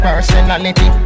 Personality